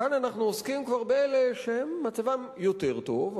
כאן אנחנו עוסקים כבר באלה שמצבם יותר טוב,